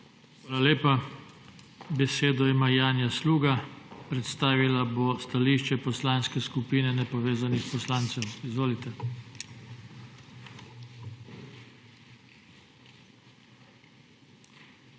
Hvala lepa. Besedo ima Janja Sluga. Predstavila bo stališče Poslanske skupine nepovezanih poslancev. Izvolite. JANJA SLUGA